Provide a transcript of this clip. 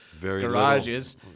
garages